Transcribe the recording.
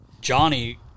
Johnny